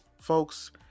folks